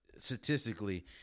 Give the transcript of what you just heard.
statistically